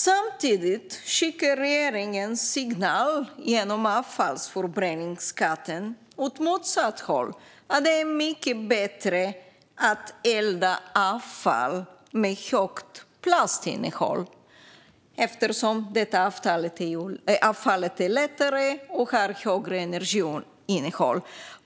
Samtidigt skickar regeringen en signal genom avfallsförbränningsskatten åt motsatt håll: att det är mycket bättre att elda avfall med högt plastinnehåll eftersom det avfallet är lättare och har högre energiinnehåll.